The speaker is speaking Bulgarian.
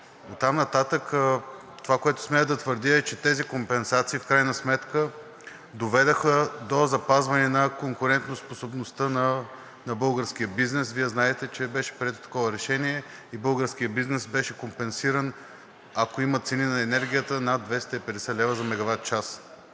Оттам нататък това, което смея да твърдя, е, че тези компенсации в крайна сметка доведоха до запазване на конкурентоспособността на българския бизнес. Вие знаете, че беше прието такова решение и българският бизнес беше компенсиран, ако имаше цени на енергията над 250 лв. за мегават/час.